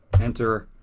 enter.